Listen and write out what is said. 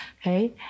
okay